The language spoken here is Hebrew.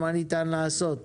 מה ניתן לעשות.